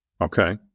Okay